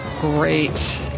great